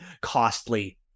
costly